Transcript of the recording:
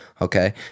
Okay